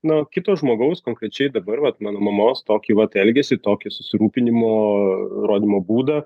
na kito žmogaus konkrečiai dabar vat mano mamos tokį vat elgesį tokį susirūpinimo rodymo būdą